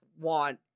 want